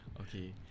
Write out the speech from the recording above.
Okay